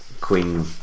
Queen